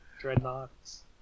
Dreadnoughts